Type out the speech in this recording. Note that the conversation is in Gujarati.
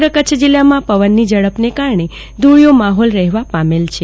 સમગ્ર કચ્છ જીલ્લામાં પવનની ઝડપના કારણે ધુળીયો માફોલ રફેવા પામેલ છે